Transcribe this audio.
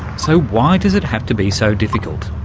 so why does it have to be so difficult?